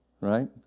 right